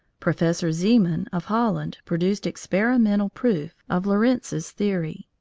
professor zeeman, of holland, produced experimental proof of lorentz's theory.